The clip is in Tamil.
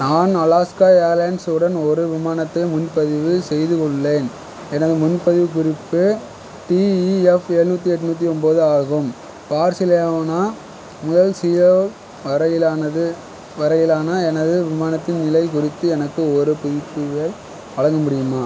நான் அலாஸ்கா ஏர்லைன்ஸ் உடன் ஒரு விமானத்தை முன்பதிவு செய்துள்ளேன் எனது முன்பதிவு குறிப்பு டி இ எஃப் எழுநூற்றி எட்நூத்தி ஒம்போது ஆகும் பார்சிலோனா முதல் சியோல் வரையிலானது வரையிலான எனது விமானத்தின் நிலை குறித்து எனக்கு ஒரு புதுப்பிப்பை வழங்க முடியுமா